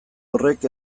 horrek